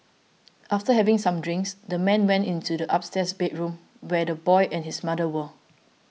after having some drinks the man went into the upstairs bedroom where the boy and his mother were